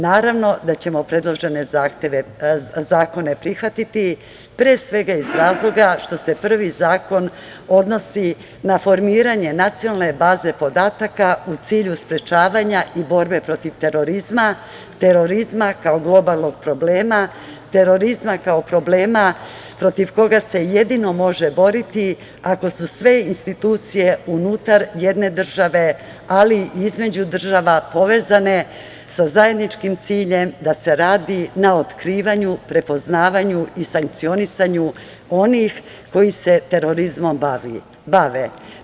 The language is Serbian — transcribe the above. Naravno da ćemo predložene zakone prihvatiti, pre svega iz razloga što se prvi zakon odnosi na formiranje nacionalne baze podataka u cilju sprečavanja i borbe protiv terorizma, terorizma kao globalnog problema, terorizma kao problema protiv koga se jedino može boriti ako su sve institucije unutar jedne države, ali i između država povezane sa zajedničkim ciljem da se radi na otkrivanju, prepoznavanju i sankcionisanju onih koji se terorizmom bave.